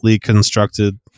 constructed